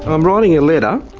i'm writing a letter